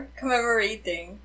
commemorating